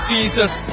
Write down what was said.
Jesus